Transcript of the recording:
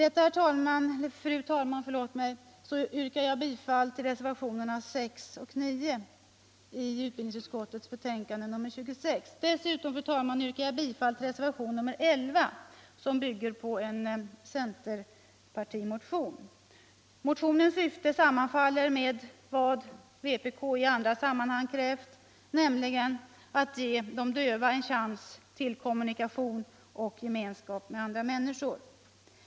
173 Dessutom, fru talman, yrkar jag bifall till reservationen 11, som bygger på en centerpartimotion. Motionens syfte sammanfaller med vad vpk i andra sammanhang krävt, nämligen att man skall ge de döva en chans till kommunikation och gemenskap med andra människor.